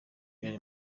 real